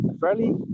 fairly